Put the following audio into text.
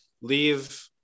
leave